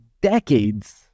decades